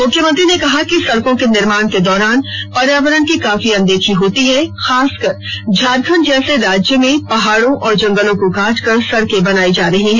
मुख्यमंत्री ने कहा कि सड़कों के निर्माण के दौरान पर्यावरण की काफी अनदेखी होती है खासकर झारखंड जैसे राज्य में पहाड़ों और जंगलों को काटकर सड़के बनाई जा रही है